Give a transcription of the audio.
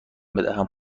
بدهم